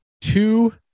two